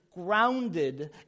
grounded